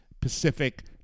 Pacific